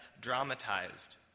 dramatized